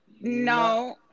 No